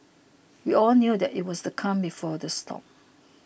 we all knew that it was the calm before the storm